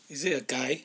is it a guy